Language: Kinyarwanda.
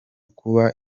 kuba